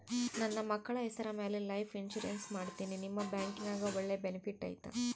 ನನ್ನ ಮಕ್ಕಳ ಹೆಸರ ಮ್ಯಾಲೆ ಲೈಫ್ ಇನ್ಸೂರೆನ್ಸ್ ಮಾಡತೇನಿ ನಿಮ್ಮ ಬ್ಯಾಂಕಿನ್ಯಾಗ ಒಳ್ಳೆ ಬೆನಿಫಿಟ್ ಐತಾ?